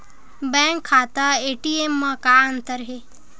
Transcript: Bank खाता ATM मा का अंतर हे?